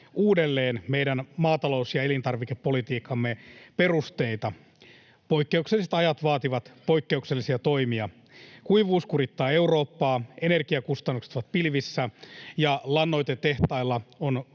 uudelleen meidän maatalous- ja elintarvikepolitiikkamme perusteita. Poikkeukselliset ajat vaativat poikkeuksellisia toimia. Kuivuus kurittaa Eurooppaa, energiakustannukset ovat pilvissä ja lannoitetehtailla on